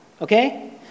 Okay